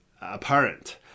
apparent